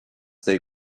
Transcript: they